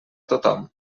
tothom